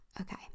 okay